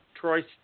Troy